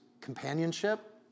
companionship